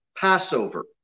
Passover